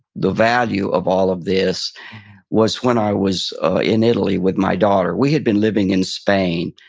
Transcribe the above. the value of all of this was when i was ah in italy with my daughter. we had been living in spain,